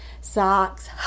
socks